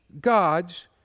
God's